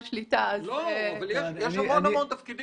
שליטה -- יש המון תפקידים בשוק ההון.